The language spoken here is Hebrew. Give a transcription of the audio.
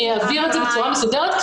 אני אעביר את זה בצורה מסודרת,